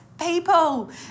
people